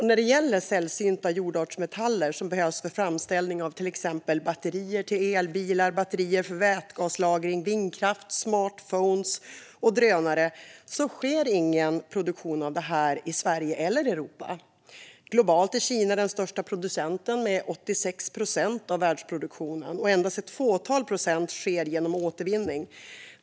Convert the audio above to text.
När det gäller sällsynta jordartsmetaller som behövs för framställning av till exempel batterier till elbilar, batterier för vätgaslagring, vindkraft, smartphones och drönare sker ingen produktion av det i Sverige eller Europa. Globalt är Kina den största producenten med 86 procent av världsproduktionen. Endast ett fåtal procent sker genom återvinning.